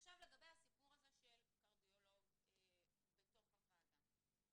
עכשיו לגבי הסיפור הזה של קרדיולוג בתוך הוועדה.